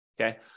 okay